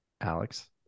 alex